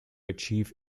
achieve